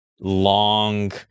long